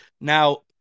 now